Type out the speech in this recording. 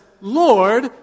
Lord